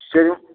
சரிம்மா